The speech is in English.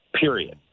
period